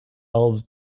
elves